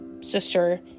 sister